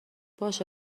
باشه